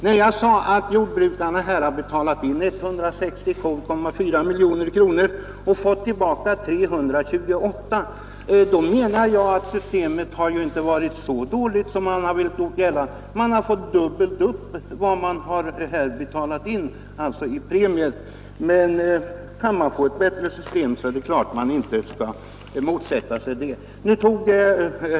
När jag sade att jordbrukarna har betalat in 162,4 miljoner kronor och fått tillbaka 328 miljoner, menade jag att systemet inte varit så dåligt som man gjort gällande. Man har fått dubbelt upp mot vad som betalats in i premier. Men kan man få ett bättre system, är det klart att man inte skall motsätta sig det.